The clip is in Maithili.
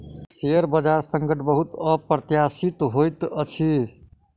शेयर बजार संकट बहुत अप्रत्याशित होइत अछि